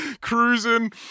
cruising